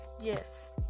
Yes